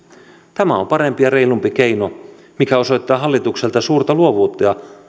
tämä on parempi ja reilumpi keino mikä osoittaa hallitukselta suurta luovuutta